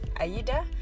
Aida